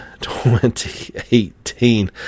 2018